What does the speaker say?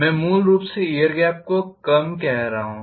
मैं मूल रूप से एयर गेप को कम कर रहा हूं